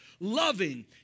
loving